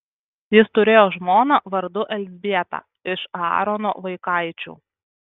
jis turėjo žmoną vardu elzbietą iš aarono vaikaičių